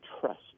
trust